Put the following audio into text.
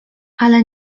ale